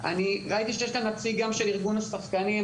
ראיתי שיש כאן גם נציג של ארגון השחקנים.